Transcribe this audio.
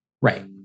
Right